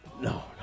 No